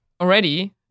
already